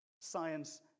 science